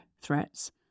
threats